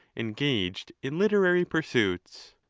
engaged in literary pursuits.